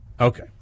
okay